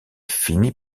finit